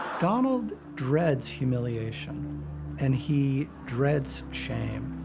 donald dreads humiliation and he dreads shame.